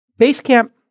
Basecamp